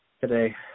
today